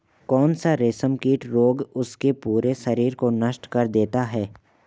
कौन सा रेशमकीट रोग उसके पूरे शरीर को नष्ट कर देता है?